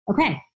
okay